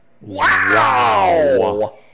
Wow